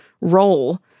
role